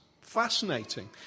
Fascinating